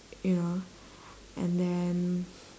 you know and then